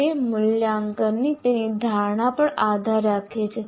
તે મૂલ્યાંકનની તેની ધારણા પર આધાર રાખે છે